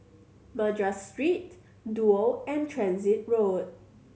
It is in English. Madras Street Duo and Transit Road